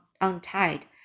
untied